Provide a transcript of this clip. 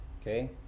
okay